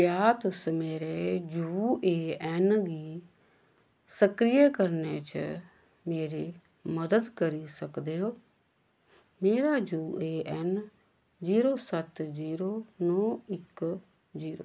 क्या तुस मेरे यू ए एन गी सक्रिय करने च मेरी मदद करी सकदे ओ मेरा यू ए एन जीरो सत्त नौ जीरो इक ऐ